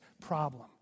problem